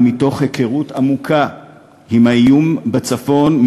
מתוך היכרות עמוקה עם האיום מצפון,